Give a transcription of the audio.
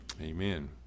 amen